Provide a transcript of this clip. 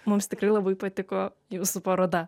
mums tikrai labai patiko jūsų paroda